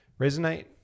resonate